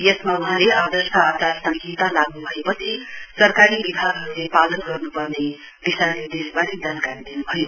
यसमा वहाँले आर्दश आचार सहिता लागू भएपछि सरकारी विभागहरुले पालन गर्नुपर्ने दिशानिर्देशवारे जानकारी दिनु भयो